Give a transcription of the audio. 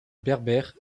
berbère